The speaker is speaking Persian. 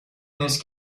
نیست